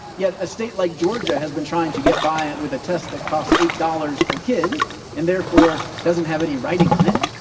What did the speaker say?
yet a state like georgia has been trying to get by with a test that costs eight dollars per kid and therefore doesn't have any writing on it.